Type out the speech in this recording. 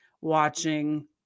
watching